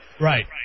Right